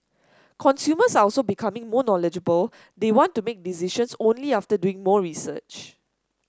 consumers are also becoming more knowledgeable they want to make decisions only after doing more research